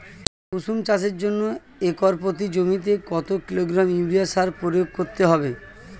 কুসুম চাষের জন্য একর প্রতি জমিতে কত কিলোগ্রাম ইউরিয়া সার প্রয়োগ করতে হবে?